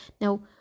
Now